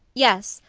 yes.